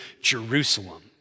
Jerusalem